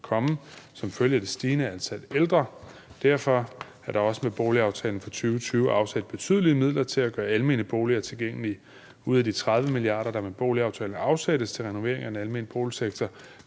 som følge af det stigende antal ældre. Derfor er der også med boligaftalen for 2020 afsat betydelige midler til at gøre almene boliger tilgængelige. Ud af de 30 mia. kr., der med boligaftalen afsættes til renovering af den almene boligsektor,